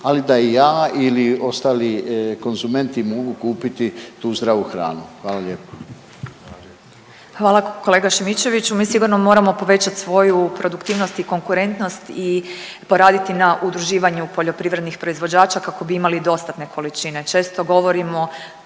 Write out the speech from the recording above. ali da i ja ili ostali konzumenti mogu kupiti tu zdravu hranu. Hvala lijepo. **Petir, Marijana (Nezavisni)** Hvala kolega Šimičeviću. Mi sigurno moramo povećati svoju produktivnost i konkurentnost i poraditi na udruživanju poljoprivrednih proizvođača kako bi imali dostatne količine. Često govorimo